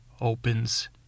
Opens